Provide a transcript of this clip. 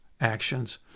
actions